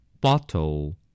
bottle